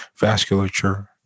vasculature